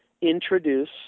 introduce